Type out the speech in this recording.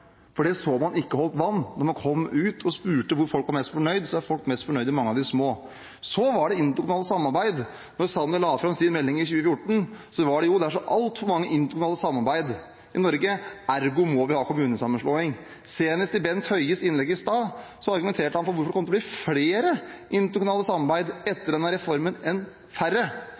for det så man ikke holdt vann. Da man kom ut og spurte hvor folk var mest fornøyd, så er folk fornøyd i mange av de små. Så var det interkommunalt samarbeid. Da statsråd Sanner la fram sin melding i 2015, het det at det er så altfor mange interkommunale samarbeid i Norge – ergo må vi ha kommunesammenslåing. Senest argumenterte Bent Høie i sitt innlegg i stad for hvorfor det heller kom til å bli flere interkommunale samarbeid etter denne reformen, enn færre,